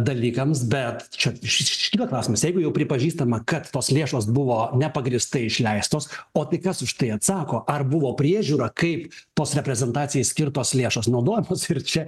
dalykams bet čia iškyla klausimas jeigu jau pripažįstama kad tos lėšos buvo nepagrįstai išleistos o tai kas už tai atsako ar buvo priežiūra kaip tos reprezentacijai skirtos lėšos naudojamos ir čia